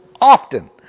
often